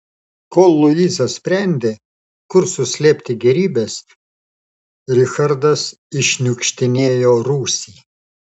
kol luiza sprendė kur suslėpti gėrybes richardas iššniukštinėjo rūsį